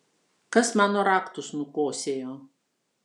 kas mano raktus nukosėjo